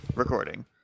Recording